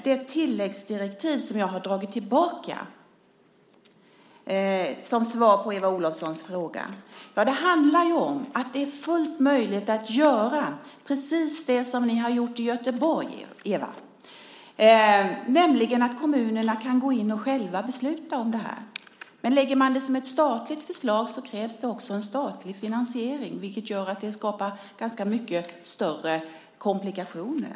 Det tilläggsdirektiv som jag har dragit tillbaka - som svar på Eva Olofssons fråga - handlar ju om att det är fullt möjligt att göra precis det som ni har gjort i Göteborg, Eva, nämligen att kommunerna kan gå in och själva besluta om det här. Lägger man det som ett statligt förslag krävs det också en statlig finansiering, vilket gör att det skapar ganska mycket större komplikationer.